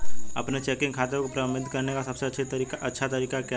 अपने चेकिंग खाते को प्रबंधित करने का सबसे अच्छा तरीका क्या है?